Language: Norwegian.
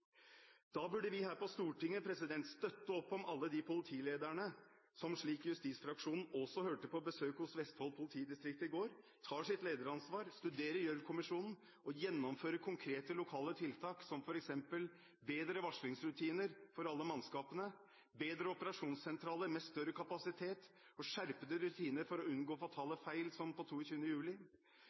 Da burde vi her på Stortinget støtte opp om alle de politilederne som, slik justisfraksjonen også hørte på besøk hos Vestfold politidistrikt i går, tar sitt lederansvar, studerer Gjørv-kommisjonen og gjennomfører konkrete lokale tiltak, som f.eks. bedre varslingsrutiner for alle mannskapene, bedre operasjonssentraler med større kapasitet og skjerpede rutiner for å unngå fatale feil som på 22. juli.